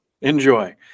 enjoy